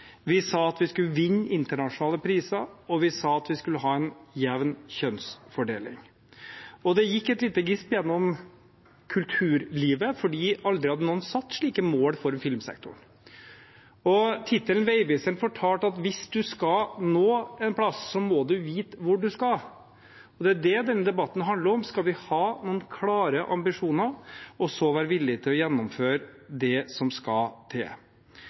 vi sa at vi skulle vinne internasjonale priser, og vi sa at vi skulle ha en jevn kjønnsfordeling. Det gikk et lite gisp gjennom kulturlivet, for aldri hadde noen satt slike mål for filmsektoren. Tittelen «Veiviseren» fortalte at hvis man skal nå en plass, må man vite hvor man skal. Det er det denne debatten handler om: Skal vi ha noen klare ambisjoner og så være villige til å gjennomføre det som skal til?